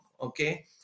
Okay